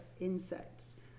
insects